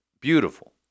beautiful